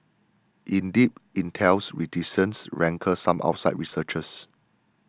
indeed Intel's reticence rankled some outside researchers